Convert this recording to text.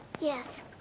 Yes